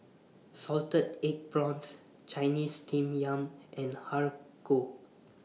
Salted Egg Prawns Chinese Steamed Yam and Har Kow